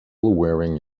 wearing